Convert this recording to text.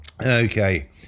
Okay